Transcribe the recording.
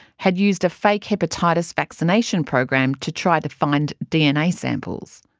had used a fake hepatitis vaccination program to try to find dna samples.